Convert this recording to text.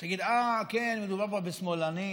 שתגיד: כן, מדובר פה בשמאלנים.